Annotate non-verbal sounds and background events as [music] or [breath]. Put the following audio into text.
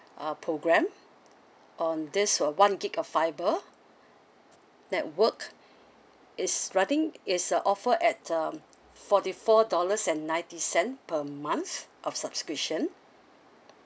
uh program on this of one G_B of fibre network [breath] it's running it's a offer at the forty four dollars and ninety cent per month of subscription